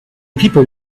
people